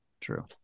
True